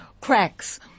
cracks